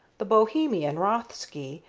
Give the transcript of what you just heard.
the bohemian, rothsky,